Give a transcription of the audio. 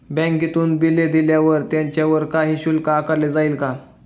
बँकेतून बिले दिल्यावर त्याच्यावर काही शुल्क आकारले जाईल का?